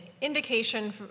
indication